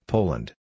Poland